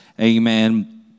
amen